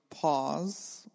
pause